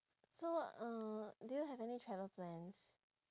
so uh do you have any travel plans